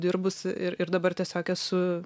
dirbusi ir ir dabar tiesiog esu